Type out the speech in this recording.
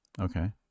okay